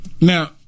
Now